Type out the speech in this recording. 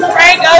Frank